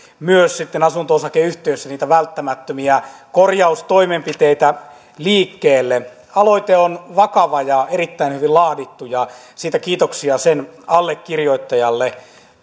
myös sitten asunto osakeyhtiöissä niitä välttämättömiä korjaustoimenpiteitä liikkeelle aloite on vakava ja erittäin hyvin laadittu ja siitä kiitoksia sen allekirjoittajalle